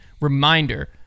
Reminder